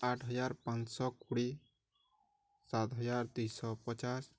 ଆଠହଜାର ପାଞ୍ଚଶହ କୋଡ଼ିଏ ସାତହଜାର ଦୁଇଶହ ପଚାଶ